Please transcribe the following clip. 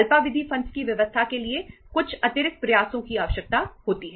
अल्पावधि फंड्स की व्यवस्था के लिए कुछ अतिरिक्त प्रयासों की आवश्यकता होती है